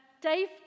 Dave